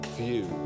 view